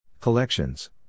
Collections